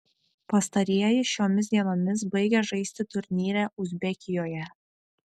pastarieji šiomis dienomis baigia žaisti turnyre uzbekijoje